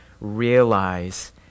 realize